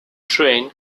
train